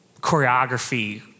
choreography